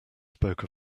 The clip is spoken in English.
spoke